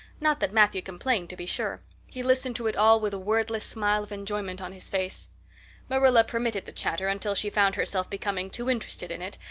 not that matthew complained, to be sure he listened to it all with a wordless smile of enjoyment on his face marilla permitted the chatter until she found herself becoming too interested in it,